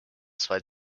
zwei